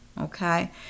okay